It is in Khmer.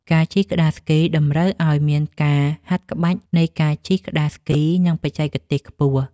ការជិះក្ដារស្គី តម្រូវឲ្យមានការហាត់ក្បាច់នៃការជិះក្ដារស្គី និងបច្ចេកទេសខ្ពស់។